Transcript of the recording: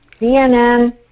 CNN